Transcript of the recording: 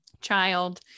child